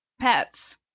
pets